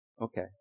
Okay